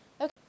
okay